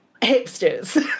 hipsters